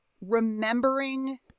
remembering